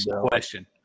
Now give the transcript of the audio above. question